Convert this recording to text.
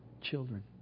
children